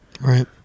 Right